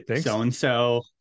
So-and-so